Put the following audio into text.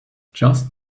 just